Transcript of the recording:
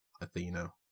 Athena